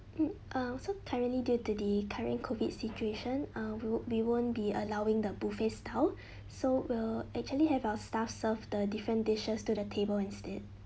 mm uh so currently due to the current COVID situation uh we would be won't be allowing the buffet style so we'll actually have our staff serve the different dishes to the table instead